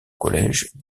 college